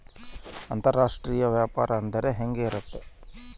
ಅಂತರಾಷ್ಟ್ರೇಯ ವ್ಯಾಪಾರ ಅಂದರೆ ಹೆಂಗೆ ಇರುತ್ತದೆ?